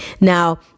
Now